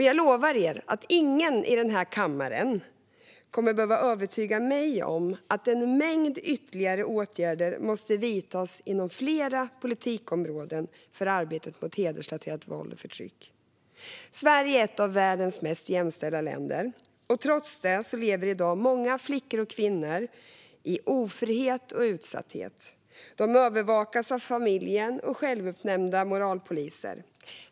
Jag lovar er att ingen i denna kammare kommer att behöva övertyga mig om att en mängd ytterligare åtgärder måste vidtas inom flera politikområden i arbetet mot hedersrelaterat våld och förtryck. Sverige är ett av världens mest jämställda länder. Trots det lever i dag många flickor och kvinnor i ofrihet och utsatthet. De övervakas av familjen och självutnämnda moralpoliser.